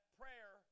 prayer